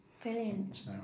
Brilliant